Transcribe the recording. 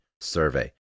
survey